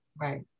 Right